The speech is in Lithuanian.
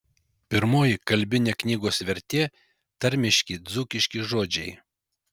pirmoji kalbinė knygos vertė tarmiški dzūkiški žodžiai